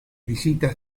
visitas